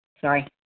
Sorry